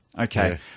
Okay